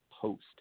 post